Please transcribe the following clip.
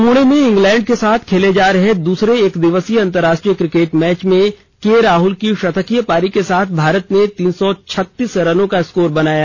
पुणे में इंग्लैंड के साथ खेले जा रहे दूसरे एक दिवसीय अंतर्राष्ट्रीय क्रिकेट मैच में के राहल की शतकीय पारी के साथ भारत ने तीन सौ छत्तीस रनों का स्कोर बनाया